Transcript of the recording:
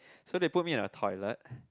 so they put me in a toilet